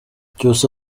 cyusa